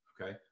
Okay